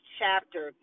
chapter